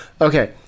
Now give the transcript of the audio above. Okay